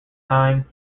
time